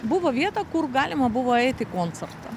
buvo vieta kur galima buvo eiti į koncertą